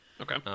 Okay